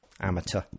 amateur